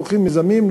לוקחים מיזמים,